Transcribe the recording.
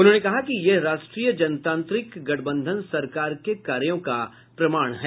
उन्होंने कहा कि यह राष्ट्रीय जनतांत्रिक गठबंधन सरकार के कार्यो का प्रमाण है